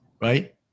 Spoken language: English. right